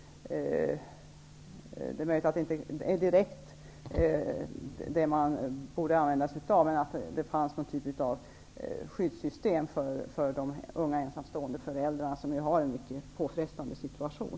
Det är möjligt att det inte är det som man direkt borde använda sig av. Men det är bra om det finns någon form av skyddssystem för de unga ensamstående föräldrarna som ju har en mycket påfrestande situation.